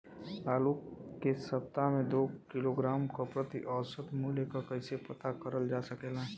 आलू के सप्ताह में दो किलोग्राम क प्रति औसत मूल्य क कैसे पता करल जा सकेला?